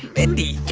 mindy,